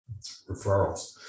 referrals